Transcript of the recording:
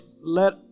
let